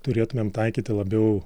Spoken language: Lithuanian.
turėtumėm taikyti labiau